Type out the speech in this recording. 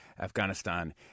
Afghanistan